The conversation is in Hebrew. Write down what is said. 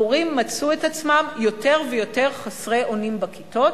המורים מצאו את עצמם יותר ויותר חסרי אונים בכיתות,